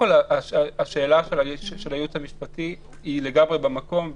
השאלה של הייעוץ המשפטי היא לגמרי במקום,